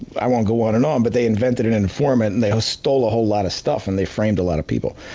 i won't go on and on, but they invented an informant and they ah stole a whole lot of stuff and they framed a lot of people.